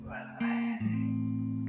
Relax